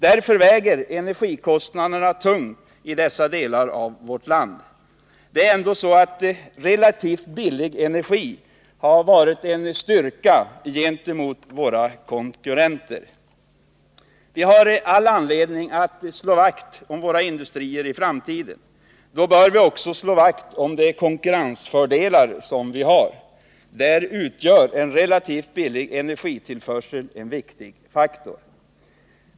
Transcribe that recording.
Därför väger energikostnaderna i dessa delar av vårt land tungt. Det är ändock så att tillgången till relativt billig energi har varit en styrka för oss gentemot våra konkurrenter. Vi har således all anledning att slå vakt om våra industrier för framtiden. Då bör vi också slå vakt om de konkurrensfördelar som vi har. I det sammanhanget utgör tillförseln av relativt billig energi en viktig faktor.